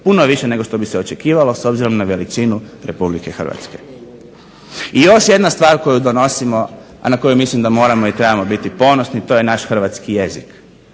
puno više nego bi se očekivalo s obzirom na veličinu Republike Hrvatske. I još jedna stvar koju donosimo, a na koju mislim da moramo i trebamo biti ponosni to je naš hrvatski jezik.